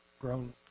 Grown